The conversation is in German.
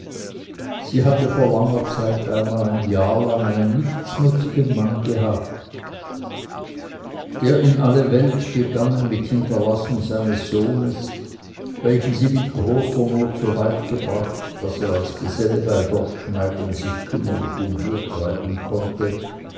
sie hatte vor langer zeit einmal ein jahr lang einen nichtsnutzigen mann gehabt der in alle welt gegangen mit hinterlassung eines sohnes welchen sie mit großer not so weit gebracht daß er als geselle bei dorfschneidern sich kümmerlich umhertreiben konnte